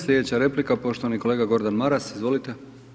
Slijedeća replika, poštovani kolega Gordan Maras, izvolite.